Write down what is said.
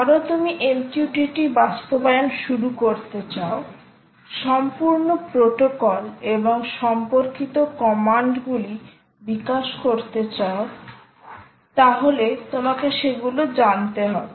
ধরো তুমি MQTT বাস্তবায়ন শুরু করতে চাও সম্পূর্ণ প্রোটোকল এবং সম্পর্কিত কমান্ড গুলি বিকাশ করতে চাও তাহলে তোমাকে সেগুলো জানতে হবে